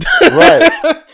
Right